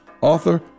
author